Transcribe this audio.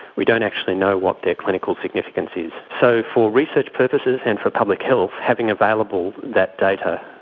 we don't actually know what their clinical significance is. so for research purposes and for public health, having available that data,